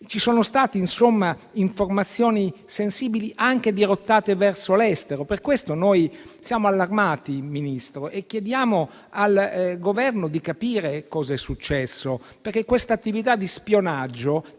Ci sono state informazioni sensibili anche dirottate verso l'estero. Per questo noi siamo allarmati, Ministro, e chiediamo al Governo di capire cosa è successo perché quest'attività di spionaggio,